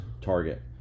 target